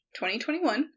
2021